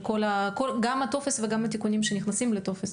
גם לגבי הטופס וגם לגבי התיקונים שנכנסים לטופס.